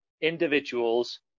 individuals